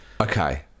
Okay